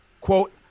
quote